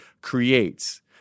creates